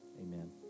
Amen